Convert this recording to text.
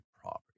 property